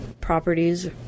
properties